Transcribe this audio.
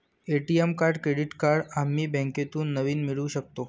ATM card credit card आम्ही बँकेतून नवीन मिळवू शकतो